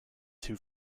two